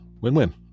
win-win